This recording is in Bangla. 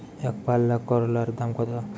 একপাল্লা করলার দাম কত?